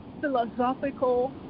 philosophical